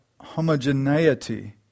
homogeneity